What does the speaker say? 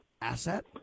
asset